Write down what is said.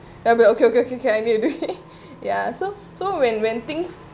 I'll be okay okay okay okay I need to do it ya so so when when things